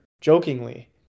jokingly